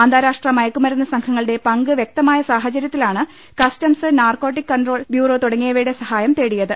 അന്താരാഷ്ട്ര മയക്കുമരുന്ന് സംഘങ്ങളുടെ പങ്ക് വൃക്തമായ സാഹചര്യത്തിലാണ് കസ്റ്റംസ് നാർക്കോട്ടിക് കൺട്രോൾ ബ്യൂറോ തുടങ്ങിയവയുടെ സഹായം തേടിയത്